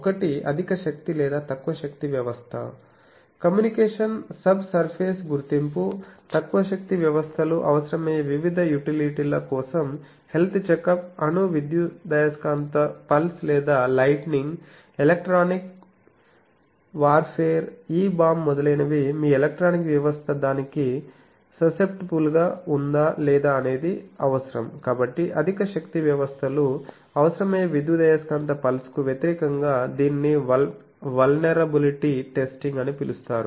ఒకటి అధిక శక్తి లేదా తక్కువ శక్తి వ్యవస్థ కమ్యూనికేషన్ సబ్ సర్ఫేస్ గుర్తింపు తక్కువ శక్తి వ్యవస్థలు అవసరమయ్యే వివిధ యుటిలిటీల కోసం హెల్త్ చెకప్అణు విద్యుదయస్కాంత పల్స్ లేదా lightning electronic warfare E bomb మొదలైనవి మీ ఎలక్ట్రానిక్ వ్యవస్థ దానికి సాసప్తిబుల్ గా ఉందా లేదా అనేది అవసరం కాబట్టి అధిక శక్తి వ్యవస్థలు అవసరమయ్యే విద్యుదయస్కాంత పల్స్కు వ్యతిరేకంగా దీనిని వల్నేరబిలిటీ టెస్టింగ్ అని పిలుస్తారు